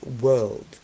world